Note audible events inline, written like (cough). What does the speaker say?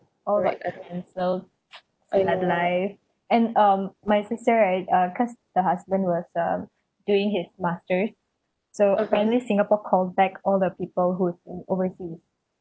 alright I mean so (noise) and life um my sister right uh cause the husband was um doing his masters so apparently singapore called back all the people who's in overseas